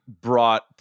brought